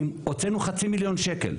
הוצאנו חצי מיליון שקלים.